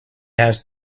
has